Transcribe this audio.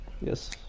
Yes